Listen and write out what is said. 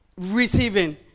receiving